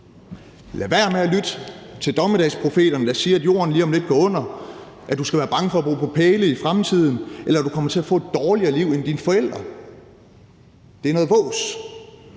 Lad være med at lytte til dommedagsprofeterne, der siger, at jorden lige om lidt går under, at du skal være bange for at bo på pæle i fremtiden, eller at du kommer til at få et dårlige liv end dine forældre. Det er noget vås.